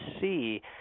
see